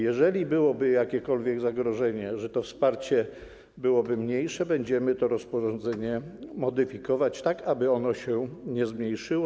Jeżeli byłoby jakiekolwiek zagrożenie, że to wsparcie byłoby mniejsze, będziemy to rozporządzenie modyfikować, aby ono się nie zmniejszyło.